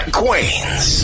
queens